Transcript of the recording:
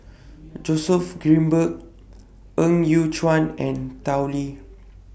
Joseph Grimberg Ng Yat Chuan and Tao Li